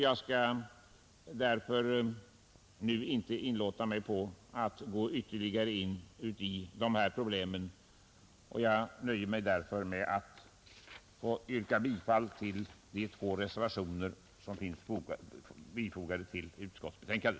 Jag går därför inte ytterligare in på dessa problem utan nöjer mig med att yrka bifall till de två reservationer som är fogade till utskottets betänkande.